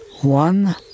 one